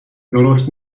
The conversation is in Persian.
درست